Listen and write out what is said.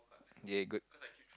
ya good